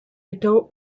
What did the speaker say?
adult